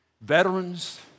veterans